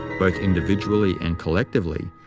both individually and collectively,